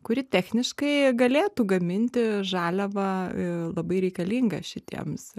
kuri techniškai galėtų gaminti žaliavą labai reikalingą šitiems